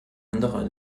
andere